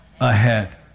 Ahead